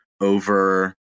over